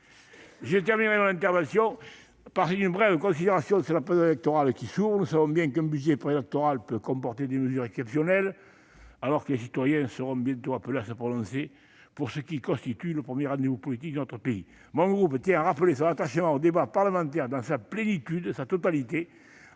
Je conclurai mon intervention par une brève considération sur la période qui s'ouvre : nous savons bien qu'un budget préélectoral peut comporter des mesures exceptionnelles. Alors que les citoyens seront bientôt appelés à se prononcer dans le cadre du rendez-vous politique majeur de notre pays, mon groupe tient à rappeler son attachement au débat parlementaire dans sa plénitude : examiner